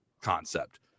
concept